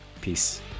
Peace